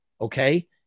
okay